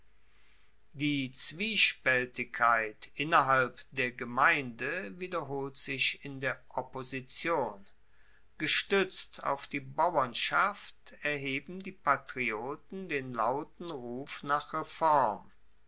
die zwiespaeltigkeit innerhalb der gemeinde wiederholt sich in der opposition gestuetzt auf die bauernschaft erheben die patrioten den lauten ruf nach